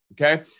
okay